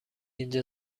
اینجا